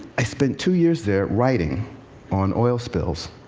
i spent two years there writing on oil spills.